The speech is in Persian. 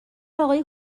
اقای